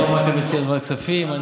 הרב מקלב מציע לוועדת כספים.